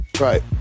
Right